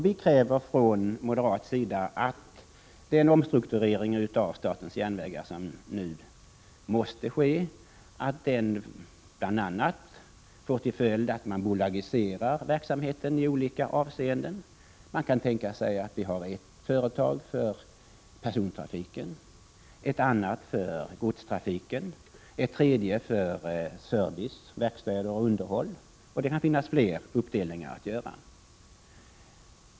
Vi kräver från moderat sida att den omstrukturering av statens järnvägar som nu måste ske bl.a. får till följd att man bolagiserar verksamheten i olika avseenden. Man kan tänka sig ett företag för persontrafiken, ett annat för godstrafiken, ett tredje för service, verkstäder och underhåll, och det kan finnas flera uppdelningar att göra.